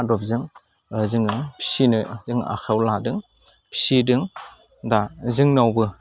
आदबजों जोङो फिसिनो जों आखायाव लादों फिसिदों दा जोंनावबो